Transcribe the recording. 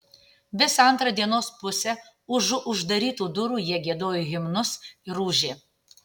visą antrą dienos pusę užu uždarytų durų jie giedojo himnus ir ūžė